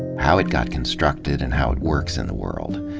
how it got constructed and how it works in the world.